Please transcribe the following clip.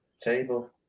table